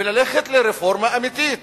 וללכת לרפורמה אמיתית